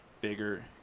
bigger